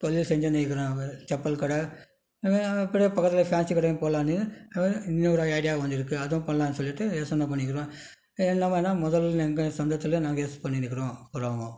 கொஞ்சம் செஞ்சுனு இருக்கிறேன் செப்பல் கடை அப்படியே பக்கத்தில் ஃபேன்ஸி கடையும் போடுலானு இன்னொரு ஐடியாவும் வந்துருக்குது அதுவும் பண்ணலானு சொல்லிவிட்டு யோசனை பண்ணிக்கிறோம் நம்ம என்ன முதலில் எங்கள் சொந்தத்துலேயே நாங்கள் யூஸ் பண்ணியிருக்கறோம்